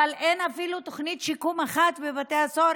אבל אין אפילו תוכנית שיקום אחת בבתי הסוהר